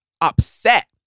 upset